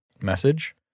message